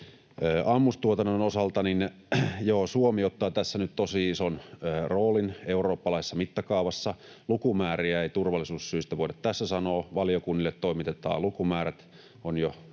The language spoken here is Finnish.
Ammustuotannon osalta, joo, Suomi ottaa tässä nyt tosi ison roolin eurooppalaisessa mittakaavassa. Lukumääriä ei turvallisuussyistä voida tässä sanoa. Valiokunnille toimitetaan lukumäärät,